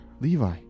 Levi